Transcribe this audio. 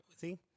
See